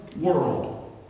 world